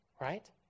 right